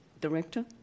director